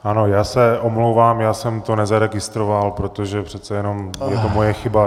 Ano, já se omlouvám, já jsem to nezaregistroval, protože přece jenom je to moje chyba.